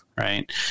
right